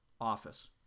office